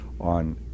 on